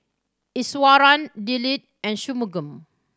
Iswaran Dilip and Shunmugam